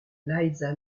liza